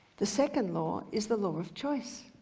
the second law is the law of choice.